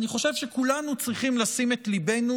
אני חושב שכולנו צריכים לשים את ליבנו